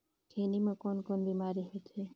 खैनी म कौन कौन बीमारी होथे?